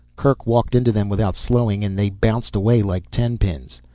kerk walked into them without slowing and they bounced away like tenpins.